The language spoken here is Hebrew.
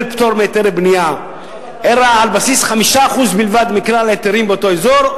פטור מהיתרי בנייה אלא על בסיס 5% בלבד מכלל ההיתרים באותו אזור,